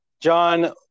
John